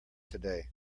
today